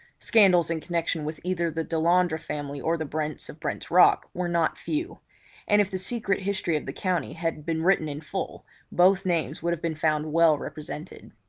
scandals in connection with either the delandre family or the brents of brent's rock, were not few and if the secret history of the county had been written in full both names would have been found well represented.